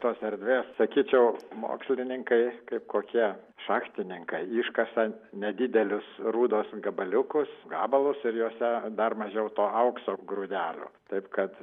tos erdvės sakyčiau mokslininkai kaip kokie šachtininkai iškasa nedidelius rūdos gabaliukus gabalus ir juose dar mažiau to aukso grūdelių taip kad